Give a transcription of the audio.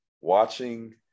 watching